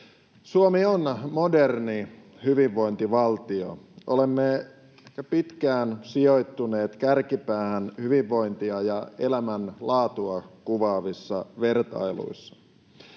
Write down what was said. Suomi on moderni hyvinvointivaltio. Olemme jo pitkään sijoittuneet kärkipäähän hyvinvointia ja elämänlaatua kuvaavissa vertailuissa.